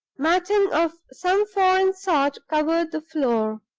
matting of some foreign sort covered the floor.